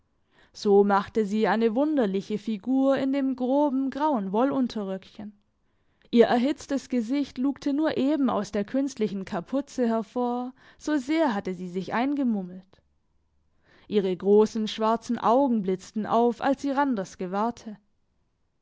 so machte sie eine wunderliche figur in dem groben grauen wollunterröckchen ihr erhitztes gesicht lugte nur eben aus der künstlichen kapuze hervor so sehr hatte sie sich eingemummelt ihre grossen schwarzen augen blitzten auf als sie randers gewahrte